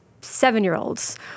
seven-year-olds